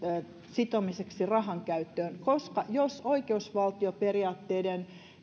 sitomiseksi rahankäyttöön koska jos oikeusvaltioperiaatteista